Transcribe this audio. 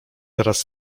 teraz